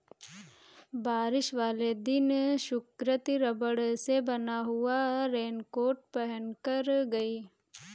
बारिश वाले दिन सुकृति रबड़ से बना हुआ रेनकोट पहनकर गई